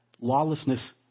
lawlessness